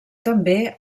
també